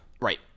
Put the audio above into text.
Right